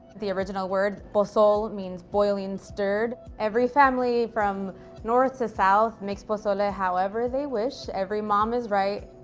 the original word, pozole, means boiling stirred. every family from north to south makes pozole ah however they wish. every mom is right.